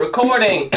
Recording